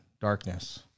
darkness